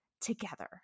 together